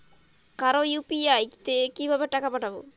কারো ইউ.পি.আই তে কিভাবে টাকা পাঠাবো?